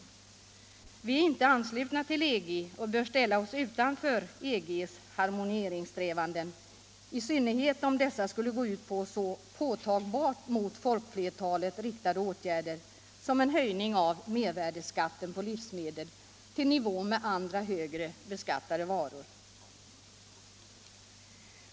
Vi är inte anslutna till EG och bör ställa oss utanför EG:s harmoniseringssträvanden — i synnerhet om dessa skulle gå ut på så påtagbart mot folkflertalet riktade åtgärder som en höjning av mervärdeskatten på livsmedel i nivå med andra, högre beskattade varor.